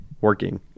working